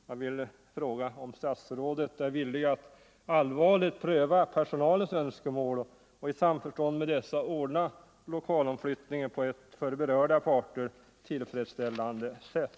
Jag vill fråga om statsrådet är villig att allvarligt pröva personalens önskemål och i samförstånd med dessa ordna lokalomflyttningen på ett för berörda parter tillfredsställande sätt.